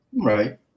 Right